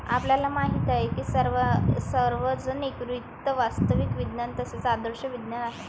आपल्याला माहित आहे की सार्वजनिक वित्त वास्तविक विज्ञान तसेच आदर्श विज्ञान आहे